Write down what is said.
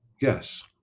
yes